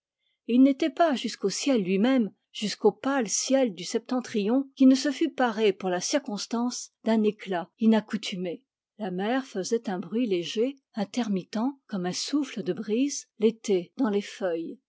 il n'était pas jusqu'au ciel lui-même jusqu'au pâle ciel du septentrion qui ne se fût paré pour la circonstance d'un éclat inaccoutumé la mer faisait un bruit léger intermittent comme un souffle de brise l'été dans les feuilles